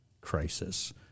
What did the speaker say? crisis